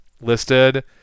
listed